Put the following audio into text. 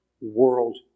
world